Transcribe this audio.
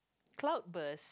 cloud burst